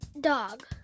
dog